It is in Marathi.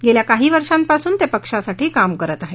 गेल्या काही वर्षांपासून ते पक्षासाठी काम करत आहेत